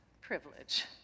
privilege